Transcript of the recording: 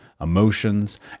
emotions